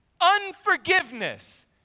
unforgiveness